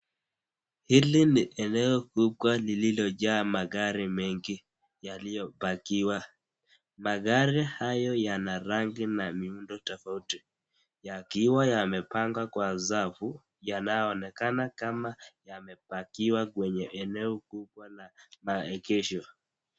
Hili ni eneo kubwa lililo jaa magari mengi yaliyo pakiwa . Magari hayo yana rangi na mihundo tafauti yakiwa yamepagwa kwa safu yakionekana yamepakiwa kwenye eneo kubwa kwa maegesho.